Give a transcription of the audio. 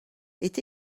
est